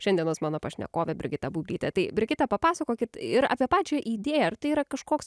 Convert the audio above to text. šiandienos mano pašnekovė brigita bublytė tai brigita papasakokit ir apie pačią idėją ar tai yra kažkoks